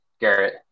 Garrett